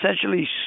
essentially